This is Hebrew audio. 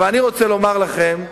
אבל אני רוצה לומר לכם,